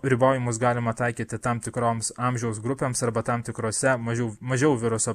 ribojimus galima taikyti tam tikroms amžiaus grupėms arba tam tikrose mažiau mažiau viruso